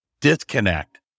disconnect